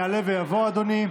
יעלה ויבוא, אדוני.